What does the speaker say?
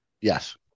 Yes